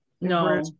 No